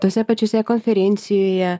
tose pačiose konferencijoje